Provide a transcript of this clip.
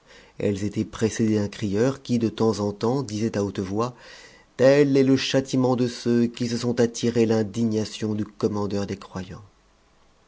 elles étaient précédées d'un crieur qui de temps en temps disait à haute voix tel est le châtiment de ceux qui se sont attiré l'indignation du commandeur des croyants